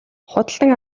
худалдан